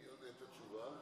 מי נותן את התשובה?